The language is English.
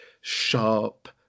sharp